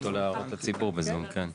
הפנו אותו להערות הציבור בזום, כן.